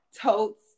Totes